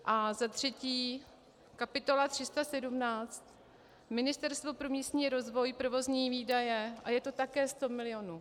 A za třetí kapitola 317 Ministerstvo pro místní rozvoj, provozní výdaje, a je to také 100 milionů.